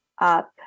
up